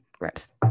reps